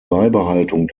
beibehaltung